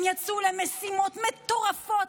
הם יצאו למשימות מטורפות,